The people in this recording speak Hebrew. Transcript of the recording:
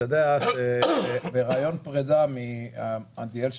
אתה יודע שבריאיון פרידה מעדיאל שמרון,